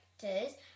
characters